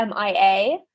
MIA